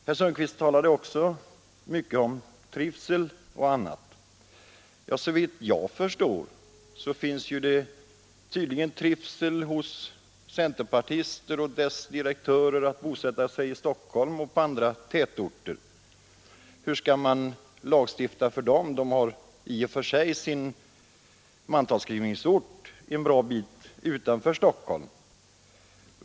Herr Sundkvist talade också mycket om trivsel och annat. Såvitt jag förstår trivs tydligen centerpartistiska direktörer med att bosätta sig i Stockholm och i andra tätorter. Hur skall man lagstifta för dem? De har i och för sig sin mantalsskrivningsort en bra bit utanför Stockholm.